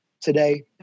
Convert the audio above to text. today